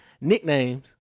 nicknames